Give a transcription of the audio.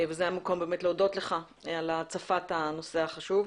וזה המקום באמת להודות לך על הצפת הנושא החשוב,